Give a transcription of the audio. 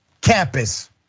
campus